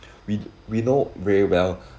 we we know very well